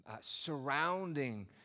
surrounding